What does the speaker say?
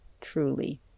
truly